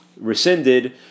rescinded